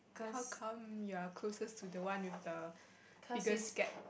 how come you are closest to the one with the biggest gap